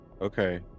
Okay